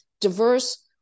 diverse